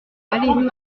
valérie